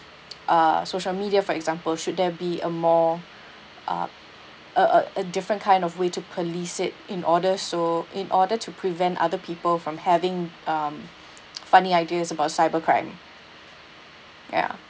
uh social media for example should there be a more ugh a a a different kind of way to police it in order so in order to prevent other people from having um funny ideas about cybercrime ya